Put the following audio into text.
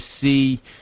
see